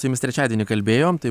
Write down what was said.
su jumis trečiadienį kalbėjom tai